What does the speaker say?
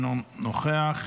אינו נוכח,